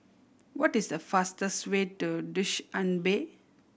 what is the fastest way to Dushanbe